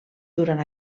durant